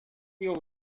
його